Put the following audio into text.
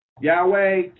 Yahweh